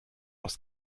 aus